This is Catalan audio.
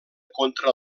contra